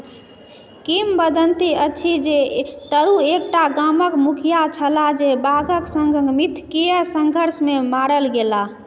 किम्बदन्ति अछि जे तरू एकटा गामक मुखिया छलाह जे बाघक सङ्ग मिथकीय संघर्षमे मारल गेला